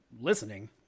listening